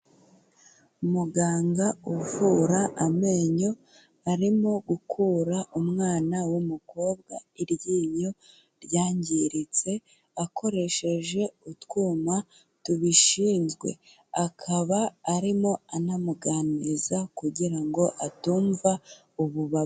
Muganga uvura amenyo arimo gukura umwana w'umukobwa iryinyo ryangiritse akoresheje utwuma tubishinzwe akaba arimo anamuganiriza kugira ngo atumva ububa...